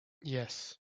yes